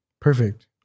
perfect